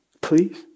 Please